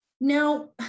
Now